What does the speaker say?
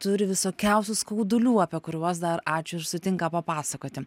turi visokiausių skaudulių apie kuriuos dar ačiū ir sutinka papasakoti